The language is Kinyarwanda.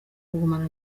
kugumana